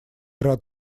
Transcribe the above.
рад